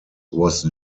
was